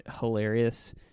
hilarious